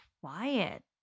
quiet